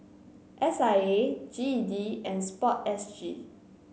S I A G E D and sport S G